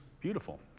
beautiful